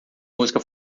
música